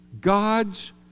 God's